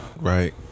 right